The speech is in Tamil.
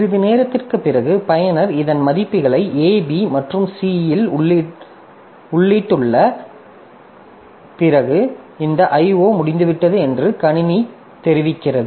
சிறிது நேரத்திற்குப் பிறகு பயனர் இதன் மதிப்புகளை a b மற்றும் c இல் உள்ளிட்டுள்ள பிறகு இந்த IO முடிந்துவிட்டது என்று கணினிக்குத் தெரிவிக்கிறது